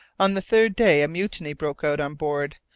on the third day a mutiny broke out on board,